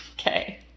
Okay